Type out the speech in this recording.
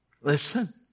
Listen